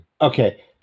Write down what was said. Okay